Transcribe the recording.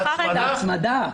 ההצמדה.